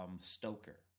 Stoker